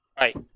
Right